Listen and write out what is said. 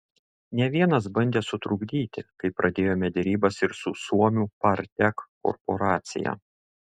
ne vienas bandė sutrukdyti kai pradėjome derybas ir su suomių partek korporacija